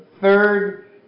third